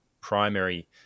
primary